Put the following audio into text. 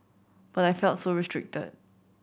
but I felt so restricted